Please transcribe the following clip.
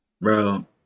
bro